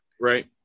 Right